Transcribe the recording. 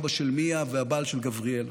אבא של מיאה והבעל של גבריאלה.